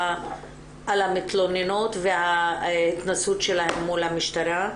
המתלוננות וההתנסות שלהן מול המשטרה.